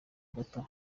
gato